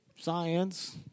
science